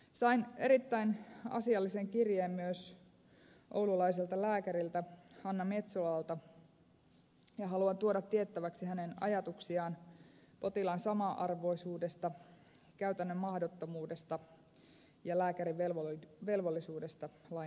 sain erittäin asiallisen kirjeen myös oululaiselta lääkäriltä hanna metsolalta ja haluan tuoda tiettäväksi hänen ajatuksiaan potilaan sama arvoisuudesta käytännön mahdottomuudesta ja lääkärin velvollisuudesta lain edessä